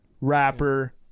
rapper